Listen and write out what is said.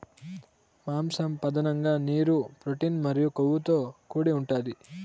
మాంసం పధానంగా నీరు, ప్రోటీన్ మరియు కొవ్వుతో కూడి ఉంటాది